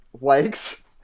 Likes